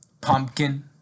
Pumpkin